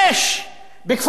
בכפר-מנדא יש,